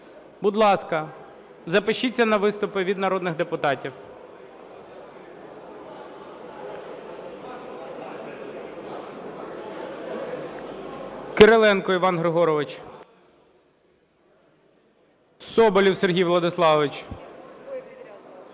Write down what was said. Будь ласка, запишіться на виступи від народних депутатів. Кириленко Іван Григорович. Соболєв Сергій Владиславович.